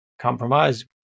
compromise